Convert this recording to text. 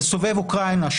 סובב אוקראינה,